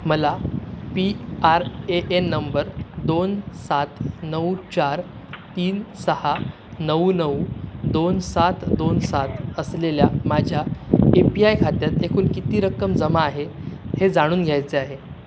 मला P R A N number दोन सात नऊ चार तीन सहा नऊ नऊ दोन सात दोन सात असलेल्या माझ्या ए पी आय खात्यात एकूण किती रक्कम जमा आहे हे जाणून घ्यायचे आहे